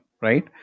right